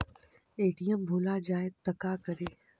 ATM भुला जाये त का करि?